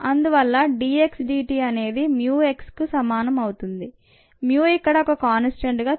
అందువల్ల dx dt అనేది mu xకి సమానం mu ఇక్కడ ఒక కాన్స్టాంట్ గా తీసుకోవచ్చు